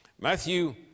Matthew